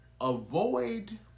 avoid